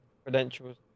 Credentials